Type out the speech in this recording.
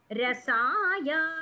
Rasaya